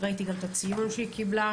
ראיתי גם את הציון שהיא קיבלה,